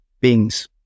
beings